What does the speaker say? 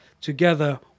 together